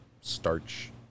starch